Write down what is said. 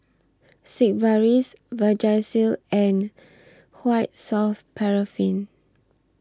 Sigvaris Vagisil and White Soft Paraffin